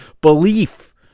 belief